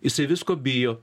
jisai visko bijo